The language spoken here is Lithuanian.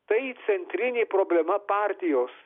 tai centrinė problema partijos